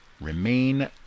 remain